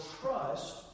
trust